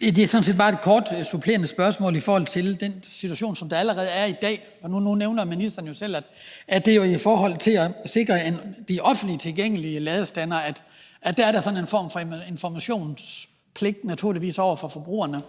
Det er sådan set bare et kort supplerende spørgsmål i forhold til den situation, som der allerede er i dag. Nu nævner ministeren jo selv, at det er for at sikre, at der ved de offentligt tilgængelige ladestandere er sådan en form for informationspligt, naturligvis over for forbrugerne.